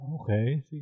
Okay